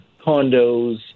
condos